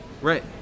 Right